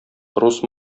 рус